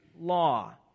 law